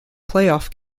playoff